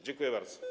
Dziękuję bardzo.